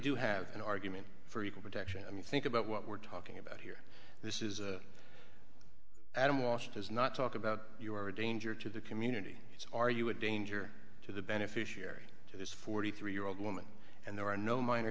do have an argument for equal protection i mean think about what we're talking about here this is adam walsh does not talk about you are a danger to the community are you a danger to the beneficiary to this forty three year old woman and there are no minor